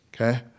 Okay